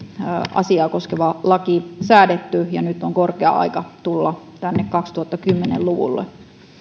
asiaa koskeva laki säädetty ja nyt on korkea aika tulla tänne kaksituhattakymmenen luvulle